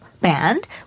band